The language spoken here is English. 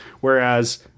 Whereas